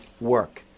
work